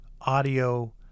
audio